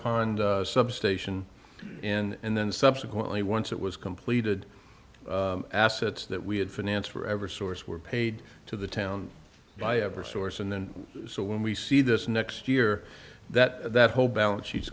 pond substation and then subsequently once it was completed assets that we had finance for ever source were paid to the town by ever source and then so when we see this next year that that whole balance she